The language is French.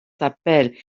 s’appelle